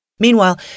Meanwhile